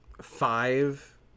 Five